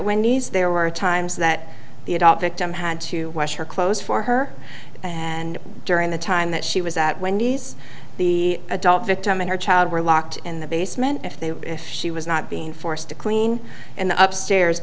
wendy's there were times that the a topic time had to wash her clothes for her and during the time that she was at wendy's the adult victim and her child were locked in the basement if they were if she was not being forced to clean the up stairs